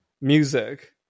music